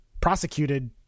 prosecuted